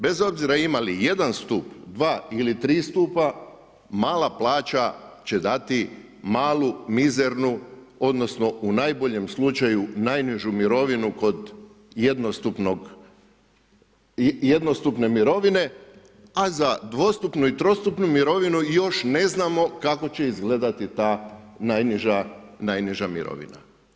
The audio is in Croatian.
Bez obzira imali jedan stup, dva ili tri stupa, mala plaća će dati malu mizernu, odnosno u najboljem slučaju najnižu mirovinu kod jednostupne mirovine, a za dvostupnu i trostupnu mirovinu još ne znamo kako će izgledati ta najniža mirovina.